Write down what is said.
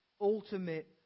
ultimate